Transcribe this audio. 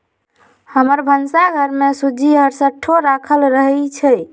हमर भन्सा घर में सूज्ज़ी हरसठ्ठो राखल रहइ छै